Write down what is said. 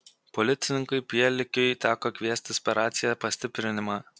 policininkui pielikiui teko kviestis per raciją pastiprinimą